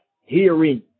Hearing